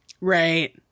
Right